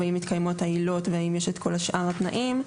ואם מתקיימות העילות והאם יש את כל שאר התנאים,